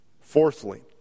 Fourthly